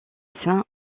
saint